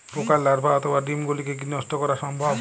পোকার লার্ভা অথবা ডিম গুলিকে কী নষ্ট করা সম্ভব?